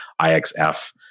IXF